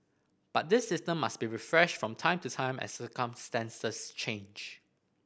but this system must be refreshed from time to time as circumstances change